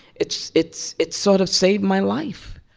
it's it's it's sort of saved my life.